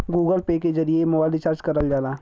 Google Pay के जरिए mobile recharge करल जाला